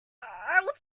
will